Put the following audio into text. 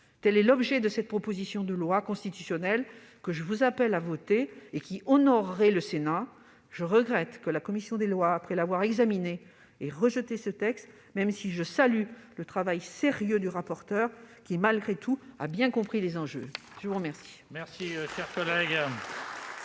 Tel est l'objet de cette proposition de loi constitutionnelle que je vous appelle à voter, ce qui honorerait le Sénat. Je regrette que la commission des lois, après avoir examiné ce texte, l'ait rejeté. Je salue, néanmoins, le travail sérieux du rapporteur qui, malgré tout, a bien compris les enjeux. La parole